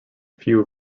few